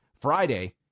Friday